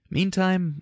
Meantime